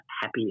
happy